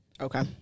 Okay